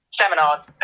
seminars